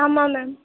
ஆமாம் மேம்